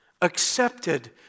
accepted